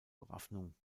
bewaffnung